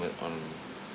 like on